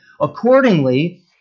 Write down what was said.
accordingly